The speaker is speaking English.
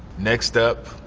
next up,